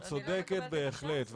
את צודקת בהחלט,